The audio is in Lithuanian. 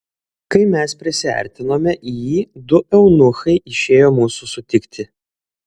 kai mes prisiartinome į jį du eunuchai išėjo mūsų sutikti